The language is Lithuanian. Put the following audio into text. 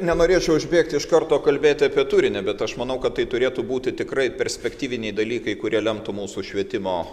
nenorėčiau užbėgti iš karto kalbėti apie turinį bet aš manau kad tai turėtų būti tikrai perspektyviniai dalykai kurie lemtų mūsų švietimo